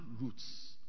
roots